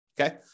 okay